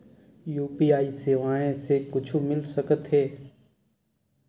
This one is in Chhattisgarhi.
यू.पी.आई सेवाएं से कुछु मिल सकत हे?